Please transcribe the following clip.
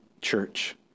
church